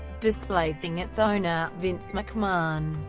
displacing its owner, vince mcmahon.